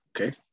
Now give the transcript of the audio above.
Okay